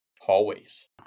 hallways